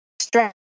stress